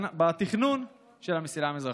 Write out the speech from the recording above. הקמת המסילה המזרחית,